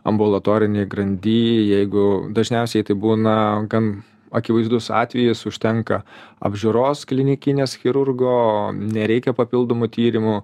ambulatorinėj grandy jeigu dažniausiai tai būna gan akivaizdus atvejis užtenka apžiūros klinikinės chirurgo nereikia papildomų tyrimų